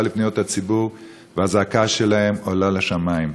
לפניות הציבור והזעקה שלהם עולה לשמים.